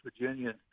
Virginia